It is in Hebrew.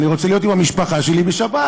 אני רוצה להיות עם המשפחה שלי בשבת,